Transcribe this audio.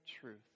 truth